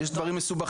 יש דברים מסובכים.